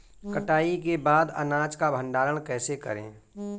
कटाई के बाद अनाज का भंडारण कैसे करें?